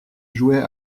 jouait